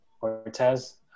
Cortez